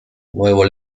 nuevo